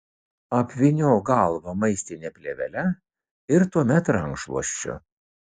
apvyniok galvą maistine plėvele ir tuomet rankšluosčiu